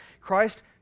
Christ